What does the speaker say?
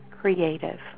creative